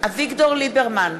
אביגדור ליברמן,